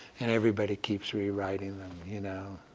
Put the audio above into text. and everybody keeps re-writing them, you know.